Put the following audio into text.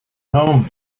home